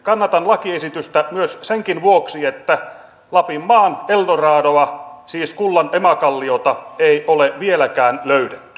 kannatan lakiesitystä myös senkin vuoksi että lapinmaan eldoradoa siis kullan emäkalliota ei ole vieläkään löydetty